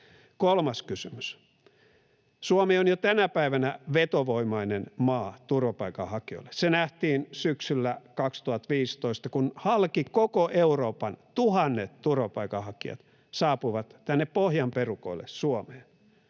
Kolmas kysymys: Suomi on jo tänä päivänä vetovoimainen maa turvapaikanhakijoille. Se nähtiin syksyllä 2015, kun halki koko Euroopan tuhannet turvapaikanhakijat saapuivat tänne pohjan perukoille Suomeen.